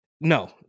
no